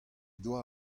doa